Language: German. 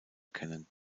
kennen